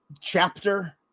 chapter